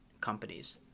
companies